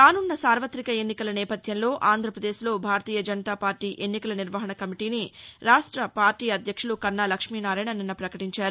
రానున్న సార్వతిక ఎన్నికల నేపథ్యంలో ఆంధ్రప్రదేశ్ లో భారతీయ జనతాపార్టీ ఎన్నికల నిర్వహణ కమిటీని పార్టీ రాష్ట అధ్యక్షులు కన్నా లక్ష్మీనారాయణ నిన్న పకటించారు